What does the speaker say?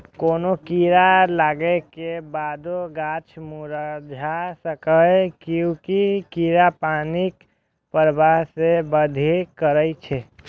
कोनो कीड़ा लागै के बादो गाछ मुरझा सकैए, कियैकि कीड़ा पानिक प्रवाह कें बाधित करै छै